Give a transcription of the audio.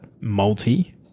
multi